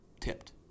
tipped